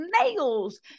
nails